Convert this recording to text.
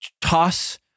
toss